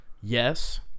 yes